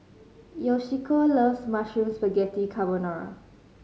Yoshiko loves Mushroom Spaghetti Carbonara